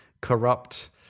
corrupt